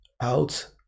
out